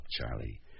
Charlie